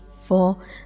four